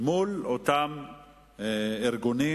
מול אותם ארגונים,